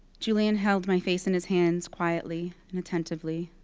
julian held my face in his hands quietly and attentively.